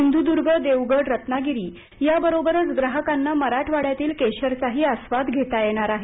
सिंधुद्ग देवगड रत्नागिरी या बरोबरच ग्राहकांना मराठवाड्यातील केशरचाही आस्वाद घेता येणार आहे